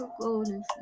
golden